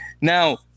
Now